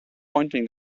pointing